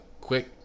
quick